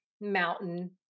mountain